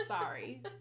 sorry